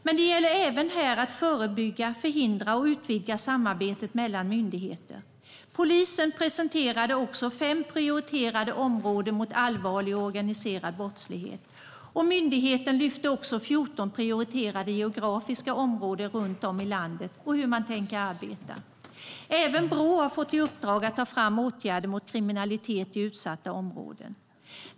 Men det gäller även här att förebygga och förhindra och att utvidga samarbetet mellan myndigheter. Polisen presenterade fem prioriterade områden i fråga om allvarlig och organiserad brottslighet. Myndigheten lyfte också 14 prioriterade geografiska områden runt om i landet och hur man tänker arbeta. Även Brå har fått i uppdrag att ta fram åtgärder mot kriminalitet i utsatta områden.